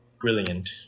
brilliant